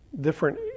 different